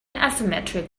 asymmetric